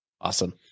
Awesome